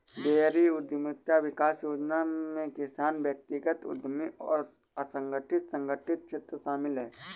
dairy उद्यमिता विकास योजना में किसान व्यक्तिगत उद्यमी और असंगठित संगठित क्षेत्र शामिल है